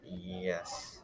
Yes